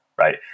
right